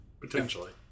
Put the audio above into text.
Potentially